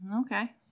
Okay